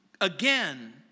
Again